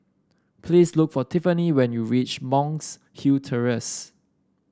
please look for Tiffany when you reach Monk's Hill Terrace